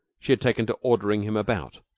she had taken to ordering him about,